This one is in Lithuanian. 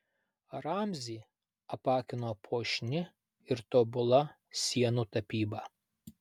ramzį apakino puošni ir tobula sienų tapyba